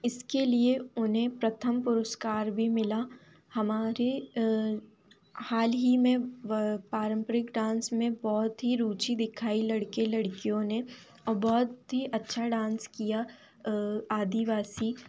इसके लिए उन्हें प्रथम पुरस्कार भी मिला हमारे हाल ही में व पारम्परिक डांस में बहुत ही रूची दिखाई लड़के लड़कियों ने और बहुत ही अच्छा डांस किया आदि वासी